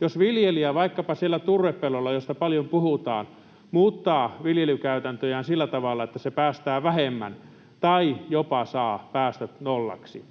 Jos viljelijä vaikkapa siellä turvepellolla, josta paljon puhutaan, muuttaa viljelykäytäntöjään sillä tavalla, että se päästää vähemmän tai jopa saa päästöt nollaksi,